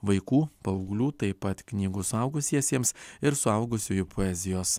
vaikų paauglių taip pat knygų suaugusiesiems ir suaugusiųjų poezijos